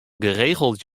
geregeld